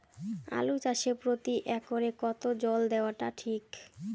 আলু চাষে প্রতি একরে কতো জল দেওয়া টা ঠিক?